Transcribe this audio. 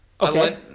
Okay